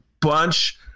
bunch